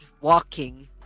walking